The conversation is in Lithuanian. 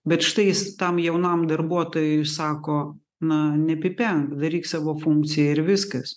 bet štai jis tam jaunam darbuotojui sako na nepipenk daryk savo funkciją ir viskas